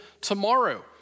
tomorrow